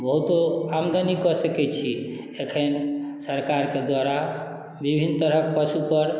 बहुतो आमदनी कऽ सकैत छी एखन सरकारके द्वारा विभिन्न तरहक पशुपर